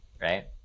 right